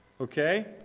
Okay